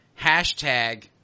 hashtag